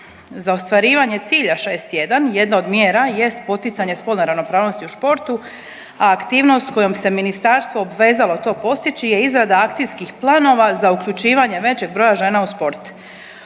Za ostvarivanje cilja 6.1. jedna od mjera jest poticanje spolne ravnopravnosti u športu, a aktivnost kojom se ministarstvo obvezalo to postići je izrada akcijskih planova za uključivanje većeg broja žena u sport.